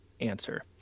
answer